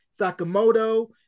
Sakamoto